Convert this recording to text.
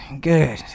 good